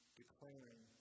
declaring